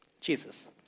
Jesus